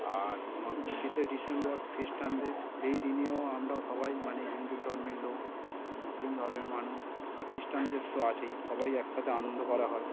আর তোমার পঁচিশে ডিসেম্বর খ্রিস্টানদের সেই দিনেও আমরাও সবাই মানে হিন্দু ধর্মের লোক মুসলিম ধর্মের মানুষ আর খ্রিস্টানদের তো আছেই সবাই একসাথে আনন্দ করা হয়